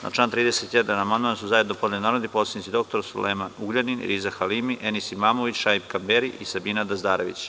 Na član 31. amandman su zajedno podneli narodni poslanici dr Sulejman Ugljanin, Riza Halimi, Enis Imamović, Šaip Kamberi i Sabina Dazdarević.